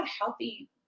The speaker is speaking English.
healthy